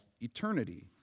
eternity